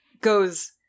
goes